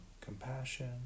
compassion